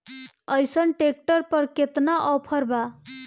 अइसन ट्रैक्टर पर केतना ऑफर बा?